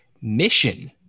mission